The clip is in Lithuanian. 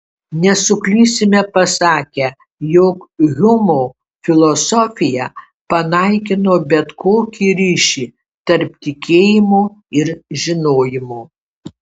nesuklysime pasakę jog hjumo filosofija panaikino bet kokį ryšį tarp tikėjimo ir žinojimo